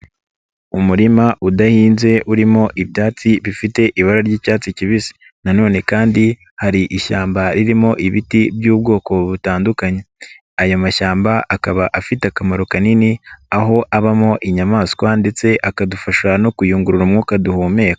Umurima udahinze urimo ibyatsi bifite ibara ry'icyatsi kibisi na none kandi hari ishyamba ririmo ibiti by'ubwoko butandukanye. Aya mashyamba akaba afite akamaro kanini, aho abamo inyamaswa ndetse akadufasha no kuyungurura umwuka duhumeka.